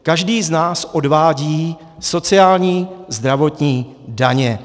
Každý z nás odvádí sociální, zdravotní, daně.